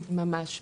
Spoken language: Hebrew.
ממש.